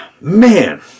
Man